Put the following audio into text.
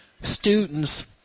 students